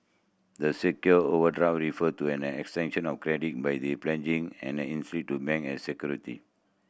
the secure over draw refer to an extension of credit by the an to ban as security